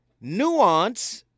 nuance